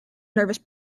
nervous